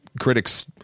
critics